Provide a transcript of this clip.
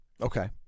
Okay